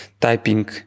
Typing